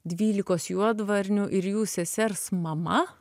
dvylikos juodvarnių ir jų sesers mama